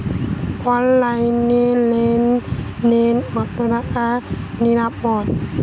অনলাইনে লেন দেন কতটা নিরাপদ?